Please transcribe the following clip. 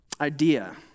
idea